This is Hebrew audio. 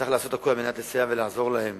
וצריך לעשות הכול על מנת לסייע ולעזור להם